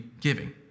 giving